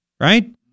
right